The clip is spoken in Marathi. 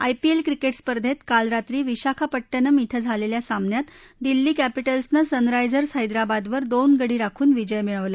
आयपीएल क्रिकेट स्पर्धेत काल रात्री विशाखापट्टणम धिं झालेल्या सामन्यात दिल्ली कॅपिटल्सनं सनरायजर्स हैदराबादवर दोन गडी राखून विजय मिळवला